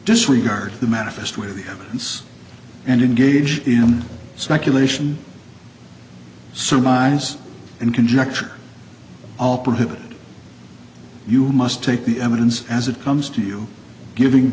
disregard the manifest with us and engage in speculation surmise and conjecture all prohibited you must take the evidence as it comes to you giving